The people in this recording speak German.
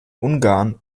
ungarn